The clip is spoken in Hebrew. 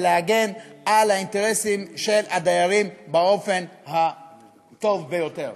ולהגן על האינטרסים של הדיירים באופן הטוב ביותר.